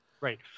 Right